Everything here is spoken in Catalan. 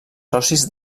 socis